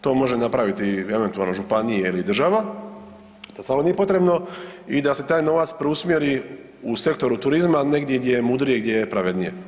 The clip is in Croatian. To može napraviti eventualno županije ili država, al stvarno nije potrebno i da se taj novac preusmjeri u sektoru turizma, negdje gdje je mudrije i gdje je pravednije.